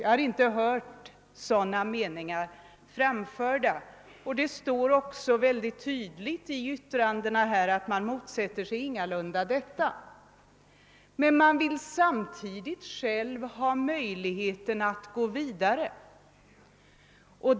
Jag har inte hört sådana meningar framföras, och det står också tydligt i yttrandena att man ingalunda motsätter sig detta. Man vill dock samtidigt själv ha möjlighet att gå vidare.